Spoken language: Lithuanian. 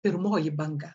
pirmoji banga